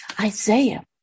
Isaiah